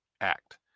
act